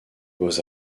beaux